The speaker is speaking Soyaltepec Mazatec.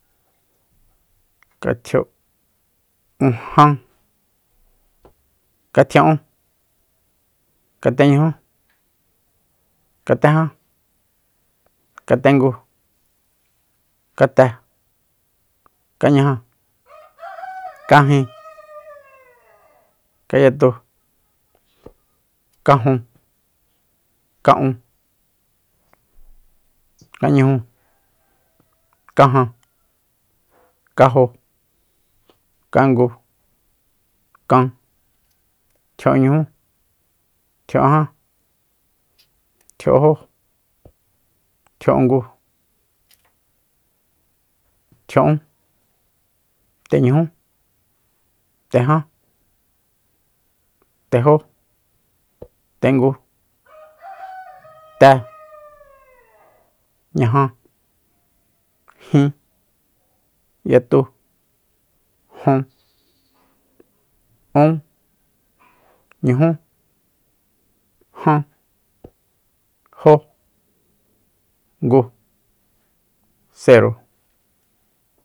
Katjiounjan katjia'ún kateñujú katejan katengu kate kañaja kajin kanyatu kajun ka'un kañuju kajan kajo kangu kan tjia'unñujú tjia'unjan tjia'unjó tji'ungu ntjia'un teñujú tejan tejó tengu te naja jin yatu jun ún ñujú jan jó ungu cero